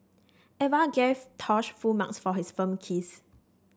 Eva gave Tosh full marks for his film kiss